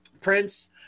Prince